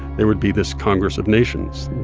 there would be this congress of nations,